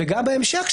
וגם בהמשך.